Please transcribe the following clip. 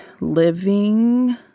living